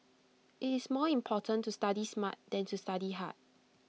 IT is more important to study smart than to study hard